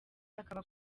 akaba